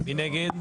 נגד?